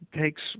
takes